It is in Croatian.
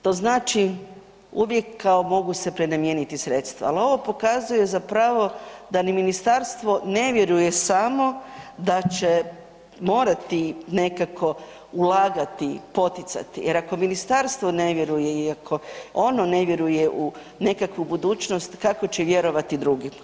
To znači uvijek kao mogu se prenamijeniti sredstva, ali ovo pokazuje zapravo da ni ministarstvo ne vjeruje samo da će morati nekako ulagati i poticati, jer ako ministarstvo ne vjeruje i ako ono ne vjeruje u nekakvu budućnost, kako će vjerovati drugi?